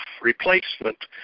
replacement